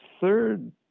third